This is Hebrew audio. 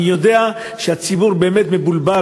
אני יודע שהציבור באמת מבולבל,